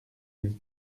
une